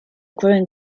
growing